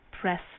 press